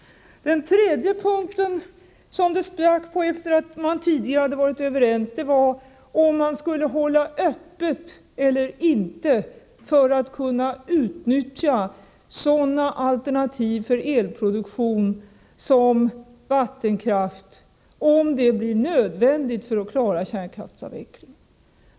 För det tredje: Den punkt som det sprack på efter det att man tidigare hade varit överens gällde om man skulle hålla öppet eller inte för att kunna utnyttja sådana alternativ för elproduktion som vattenkraft, ifall det skulle bli nödvändigt för att klara kärnkraftsavvecklingen.